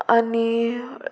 आनी